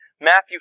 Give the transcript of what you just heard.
Matthew